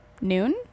noon